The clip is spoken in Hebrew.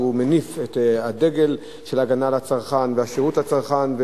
שמניף את הדגל של ההגנה על הצרכן והשירות לצרכן,